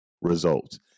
results